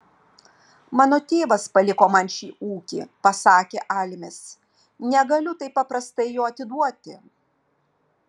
mano tėvas paliko man šį ūkį pasakė almis negaliu taip paprastai jo atiduoti